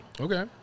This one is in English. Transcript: Okay